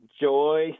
joy